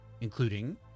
including